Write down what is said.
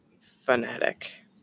fanatic